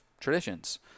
traditions